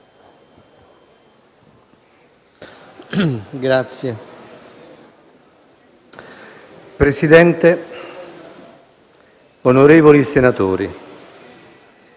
Signor Presidente, onorevoli senatori,